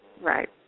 Right